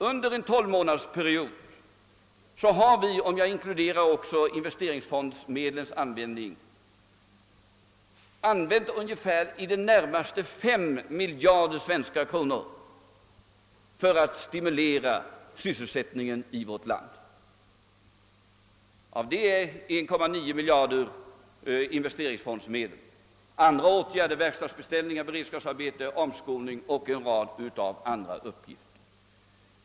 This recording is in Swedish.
Under en tolvmånadersperiod har vi, om jag inkluderar investeringsfondmedlens användning, använt i det närmaste 5 miljarder kronor för att stimulera sysselsättningen i vårt land. Investeringsfondmedlen utgör 1,9 miljard därav. Andra åtgärder har varit — verkstadsbeställningar, beredskapsarbeten och omskolning, för att nämna endast några exempel.